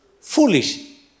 foolish